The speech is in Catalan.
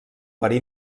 verí